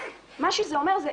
מה שזה אומר שהוא